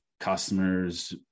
customers